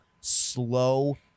slow